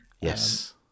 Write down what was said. Yes